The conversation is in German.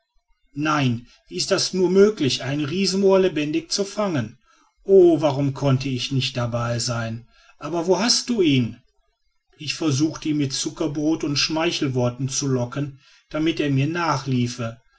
nein wie ist das nur möglich einen riesenmoa lebendig zu fangen o warum konnte ich nicht dabei sein aber wo hast du ihn ich versuchte ihn mit zuckerbrot und schmeichelworten zu locken damit er mir nachliefe